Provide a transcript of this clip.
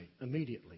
immediately